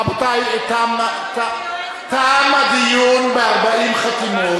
רבותי, תם הדיון ב-40 חתימות.